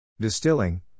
Distilling